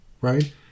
right